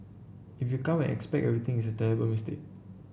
if you come and expect everything it's a terrible mistake